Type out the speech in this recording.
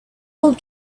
old